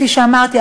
כפי שאמרתי,